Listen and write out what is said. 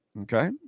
okay